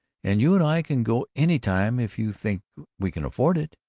and you and i can go any time, if you think we can afford it.